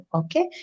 okay